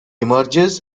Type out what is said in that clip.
emerges